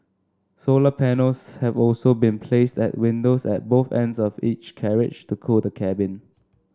solar panels have also been placed at windows at both ends of each carriage to cool the cabin